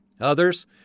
Others